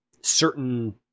certain